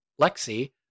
Lexi